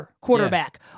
quarterback